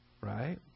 Right